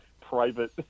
private